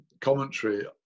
commentary